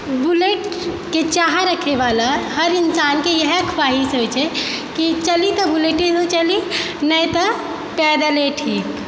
बुल्लेटके चाह रखयवला हर इन्सानके इएह ख्वाहिस होइत छै कि चलि तऽ बुल्लेटेसँ चलि नहि तऽ पैदले ठीक